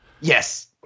Yes